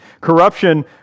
Corruption